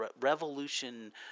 revolution